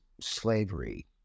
slavery